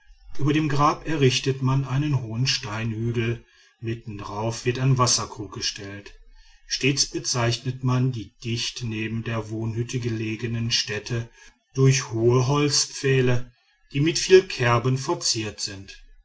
über dem grab errichtet man einen hohen steinhügel mitten darauf wird ein wasserkrug gestellt stets bezeichnet man die dicht neben der wohnhütte gelegene stätte durch hohe holzpfähle die mit vielen kerben verziert sind